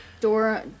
Dora